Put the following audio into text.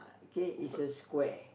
okay is a square